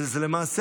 ולמעשה,